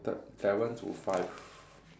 t~ seven to five